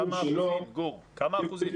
כמה אחוזים?